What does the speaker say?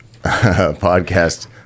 podcast